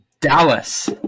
Dallas